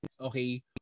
okay